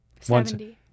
Seventy